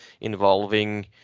involving